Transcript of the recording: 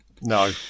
No